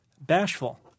bashful